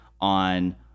on